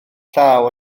llaw